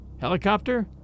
Helicopter